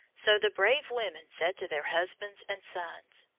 so the brave women said to their husbands and sons,